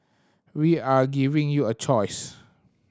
we are giving you a choice